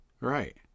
Right